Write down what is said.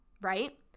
right